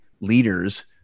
leaders